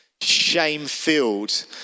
shame-filled